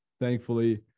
thankfully